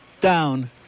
down